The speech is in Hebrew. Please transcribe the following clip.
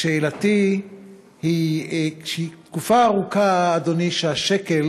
שאלתי היא: תקופה ארוכה, אדוני, שהשקל